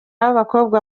b’abakobwa